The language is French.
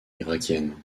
irakienne